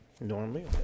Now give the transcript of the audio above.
Normally